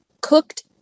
cooked